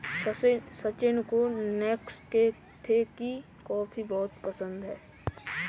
सचिन को नेस्कैफे की कॉफी बहुत पसंद है